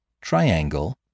triangle